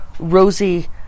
rosy